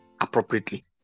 appropriately